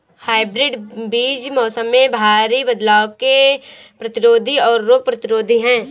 hybrid बीज मौसम में भारी बदलाव के प्रतिरोधी और रोग प्रतिरोधी हैं